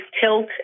tilt